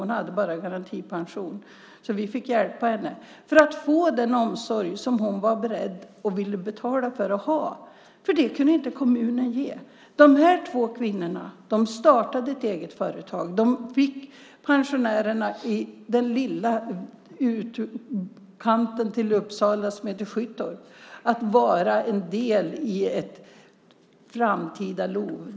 Hon hade bara garantipension, så vi fick hjälpa henne. Detta gjorde vi för att hon skulle få den omsorg som hon var beredd att betala för att ha, för den kunde inte kommunen ge. De här två kvinnorna startade ett eget företag. De fick pensionärerna i lilla Skyttorp i utkanten av Uppsala att vara en del av ett framtida LOV.